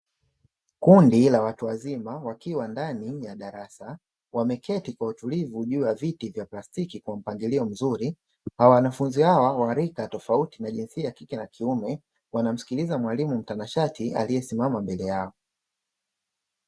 Kundi la watu wazima wakiwa ndani ya darasa wameketi kwa utulivu juu ya viti vya plastiki kwa mpangilio mzuri, wanafunzi hawa wa rika tofauti wa jinsia ya kike na kiume wanamsikiliza mwalimu mtanashati aliyesimama mbele yao.